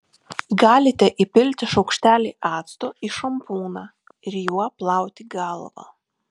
galite įpilti šaukštelį acto į šampūną ir juo plauti galvą